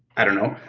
i don't know,